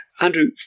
Andrew